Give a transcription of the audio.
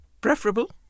preferable